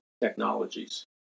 technologies